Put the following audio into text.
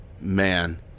man